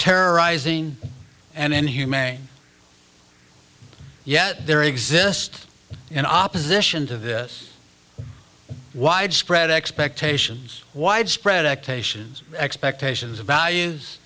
terrorizing and inhumane yet there exist in opposition to this widespread expectations widespread activations expectations of values